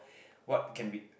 what can be